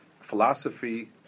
philosophy